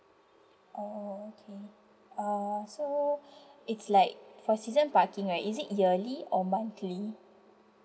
oh okay uh so it's like for season parking right is it yearly or monthly